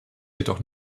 jedoch